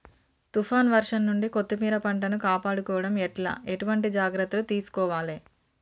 తుఫాన్ వర్షం నుండి కొత్తిమీర పంటను కాపాడుకోవడం ఎట్ల ఎటువంటి జాగ్రత్తలు తీసుకోవాలే?